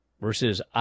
versus